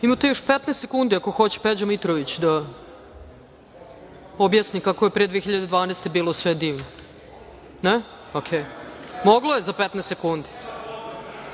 Imate još 15 sekundi ako hoće Peđa Mitrović da objasni kako je pre 2012. godine bilo sve divno. Moglo je za 15 sekundi. Pošto